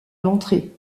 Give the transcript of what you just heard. l’entrée